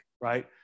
right